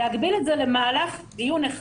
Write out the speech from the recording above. להגביל את זה למהלך דיון אחד,